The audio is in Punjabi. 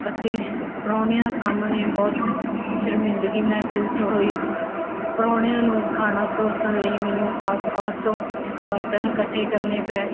ਅਤੇ ਪਰਾਹੁਣਿਆਂ ਸਾਹਮਣੇ ਬਹੁਤ ਸ਼ਰਮਿੰਦਗੀ ਮਹਿਸੂਸ ਹੋਈ ਪਰਾਹੁਣਿਆਂ ਨੂੰ ਖਾਣਾ ਪਰੋਸਣ ਲਈ ਮੈਨੂੰ ਆਸ ਪਾਸ ਤੋਂ ਬਰਤਨ ਇਕੱਠੇ ਕਰਨੇ ਪਏ